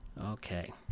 Okay